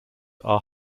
are